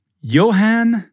Johann